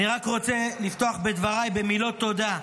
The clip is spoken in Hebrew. אני רק רוצה לפתוח בדבריי במילות תודה,